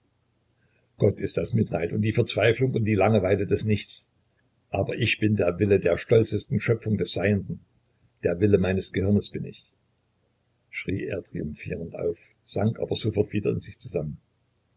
gott ist das mitleid und die verzweiflung und die langeweile des nichts aber ich bin der wille der stolzesten schöpfung des seienden der wille meines gehirnes bin ich schrie er triumphierend auf sank aber sofort wieder in sich zusammen